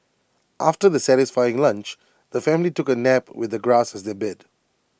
after the satisfying lunch the family took A nap with the grass as their bed